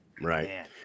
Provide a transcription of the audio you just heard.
Right